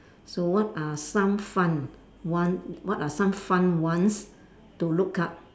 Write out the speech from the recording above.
so what are some fun one what are some fun ones to look up